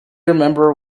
remember